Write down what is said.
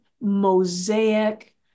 mosaic